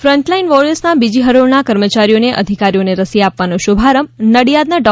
frontline વોરિયર્સના બીજી હરોળના કર્મચારીઓ ને અધિકારીઓને રસી આપવાનો શુભારંભ નડિયાદ ડો